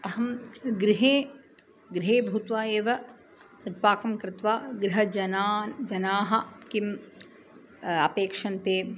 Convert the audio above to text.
अहं गृहे गृहे भूत्वा एव तत्पाकं कृत्वा गृहजनान् जनाः किम् अपेक्षन्ते